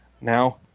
Now